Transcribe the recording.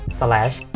slash